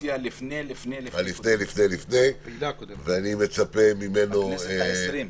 הקדנציה לפני לפני לפני, בכנסת ה-20.